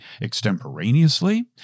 extemporaneously